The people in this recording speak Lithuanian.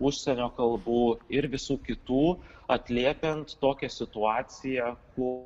užsienio kalbų ir visų kitų atliepiant tokią situaciją po